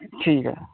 ਠੀਕ ਹੈ